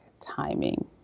timing